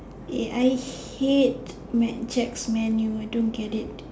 eh I hate mad jacks man you know I don't get it